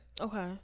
okay